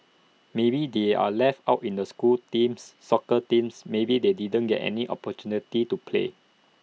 maybe they are left out in the school teams soccer teams maybe they didn't get any opportunity to play